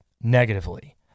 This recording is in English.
negatively